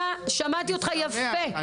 שמעתי אותך יפה,